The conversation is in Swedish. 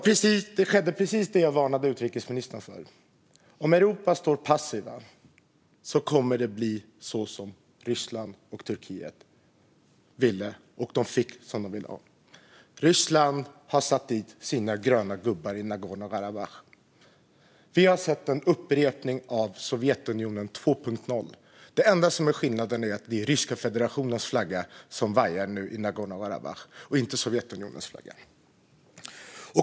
Precis det som jag varnade utrikesministern för skedde: Om Europa står passivt kommer det att bli så som Ryssland och Turkiet vill. De fick som de ville. Ryssland har satt dit sina gröna gubbar i Nagorno-Karabach. Vi ser en upprepning av Sovjetunionen, och nu är det version 2.0. Den enda skillnaden är att det nu är Ryska federationens flagga som vajar i Nagorno-Karabach och inte Sovjetunionens flagga.